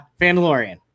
Vandalorian